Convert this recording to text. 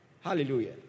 Hallelujah